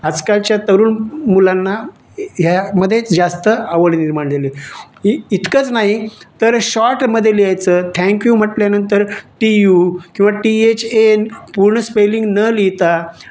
आजकालच्या तरुण मुलांना यामध्ये जास्त आवड निर्माण लेली इतकंच नाही तर शॉर्टमध्ये लिहायचं थँक्यू म्हटल्यानंतर टी यु किंवा टी एच एन पूर्ण स्पेलिंग न लिहिता